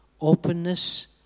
openness